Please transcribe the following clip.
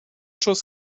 schuss